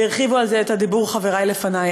והרחיבו על זה את הדיבור חברי לפני.